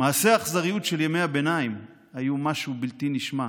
מעשי אכזריות של ימי הביניים היו משהו בלתי נשמע,